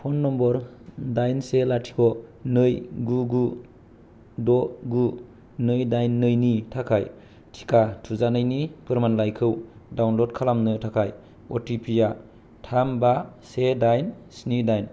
phone number दाइन से लाथिख' नै गु गु द' गु नै दाइन नै नि थाखाय टिका थुजानायनि फोरमानलाइखौ डाउनलड खालामनो थाखाय अटिपि आ थाम बा से दाइन स्नि दाइन